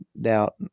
doubt